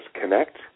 connect